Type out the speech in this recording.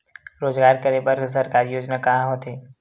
रोजगार करे बर सरकारी योजना का का होथे?